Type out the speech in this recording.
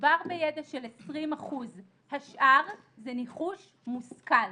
מדובר בידע של 20%. השאר זה ניחוש מושכל.